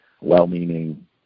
well-meaning